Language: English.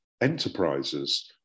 enterprises